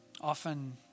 Often